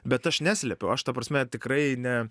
bet aš neslepiu aš ta prasme tikrai ne